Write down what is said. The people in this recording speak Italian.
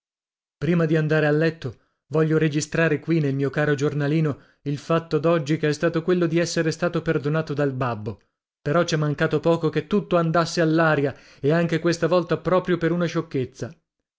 prima di andare a letto voglio registrare qui nel mio caro giornalino il fatto d'oggi che è stato quello di essere stato perdonato dal babbo però c'è mancato poco che tutto andasse all'aria e anche questa volta proprio per una sciocchezza